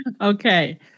Okay